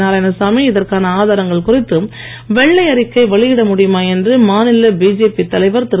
நாராயணசாமி இதற்கான ஆதரங்கள் குறித்து வெள்ளை அறிக்கை வெளியிட முடியுமா என்று மாநில பிஜேபி தலைவர் திரு